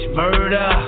murder